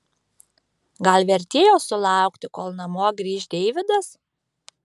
gal vertėjo sulaukti kol namo grįš deividas